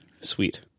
sweet